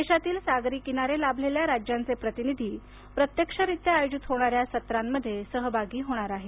देशातील सागरी किनारे लाभलेली राज्यांचे प्रतिनिधी प्रत्यक्षरित्या आयोजित होणाऱ्या सत्रामध्ये सहभागी होणार आहेत